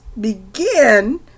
begin